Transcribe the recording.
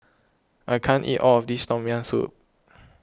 I can't eat all of this Tom Yam Soup